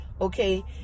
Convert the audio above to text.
Okay